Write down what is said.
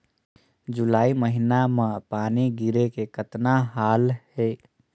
जुलाई महीना म पानी गिरे के कतना हाल हे?